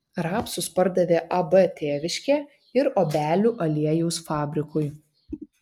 rapsus pardavė ab tėviškė ir obelių aliejaus fabrikui